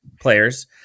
players